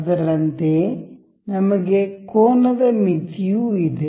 ಅದರಂತೆಯೇ ನಮಗೆ ಕೋನದ ಮಿತಿಯೂ ಇದೆ